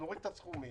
נוריד את הסכומים